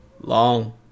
long